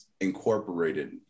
incorporated